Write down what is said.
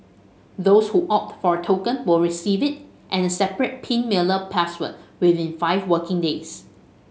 those who opt for a token will receive it and a separate pin mailer password within five working days